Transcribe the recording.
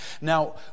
Now